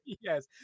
Yes